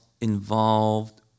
involved